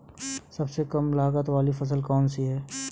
सबसे कम लागत वाली फसल कौन सी है?